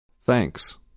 Thanks